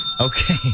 Okay